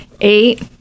eight